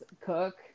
cook